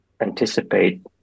anticipate